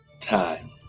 time